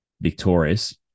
victorious